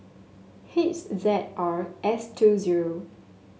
H Z R S two zero